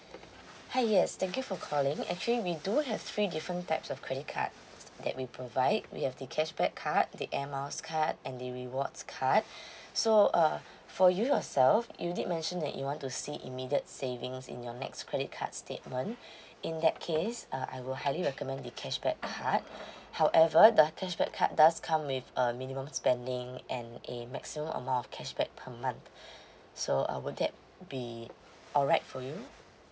hi yes thank you for calling actually we do have three different types of credit card that we provide we have the cashback card the air miles card and the rewards card so uh for you yourself you did mention that you want to see immediate savings in your next credit card statement in that case uh I will highly recommend the cashback card however the cashback card does come with a minimum spending and a maximum amount of cashback per month so uh would that be alright for you